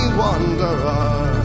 wanderer